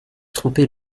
trompé